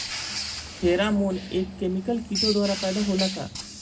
Pheromone एक chemical किटो द्वारा पैदा होला का?